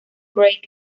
craig